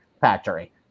factory